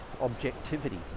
objectivity